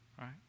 right